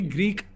Greek